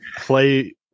play